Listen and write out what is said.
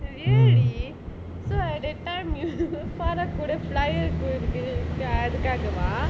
really so at that time para கூட:kooda flyer போறது அதுக்காகவா:porathu athukkaagavaa